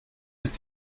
ist